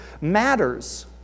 matters